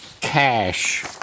cash